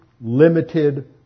limited